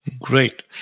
Great